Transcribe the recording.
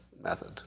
method